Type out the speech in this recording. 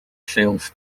sales